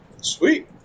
Sweet